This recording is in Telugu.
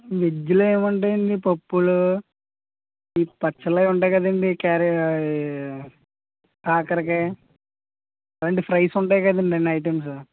వెజ్లో ఏముంటాయండి పప్పులు పచ్చళ్ళు అవి ఉంటాయి కదండి కా కాకరకాయ ఏవండి ఫ్రైస్ ఉంటాయి కదండి ఐటెమ్స్